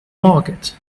market